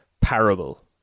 parable